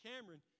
Cameron